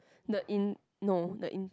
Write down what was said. the in~ no the in~